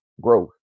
growth